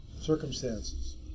circumstances